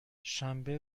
شنبه